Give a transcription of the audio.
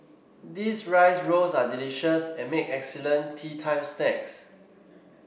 these rice rolls are delicious and make excellent teatime snacks